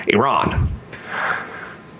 Iran